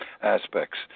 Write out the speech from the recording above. aspects